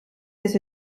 his